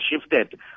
shifted